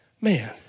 man